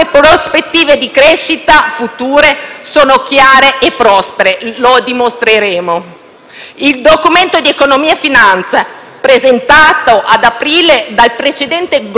lo dimostreremo. Il Documento di economia e finanza, presentato ad aprile dal precedente Governo, sebbene contenesse le politiche economiche restrittive